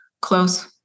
close